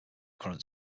currents